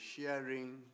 sharing